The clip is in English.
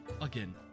again